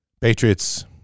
Patriots